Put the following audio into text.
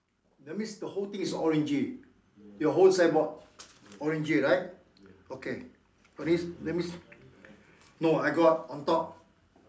that means the whole thing is orangey your whole signboard orangey right okay only that means no I got on top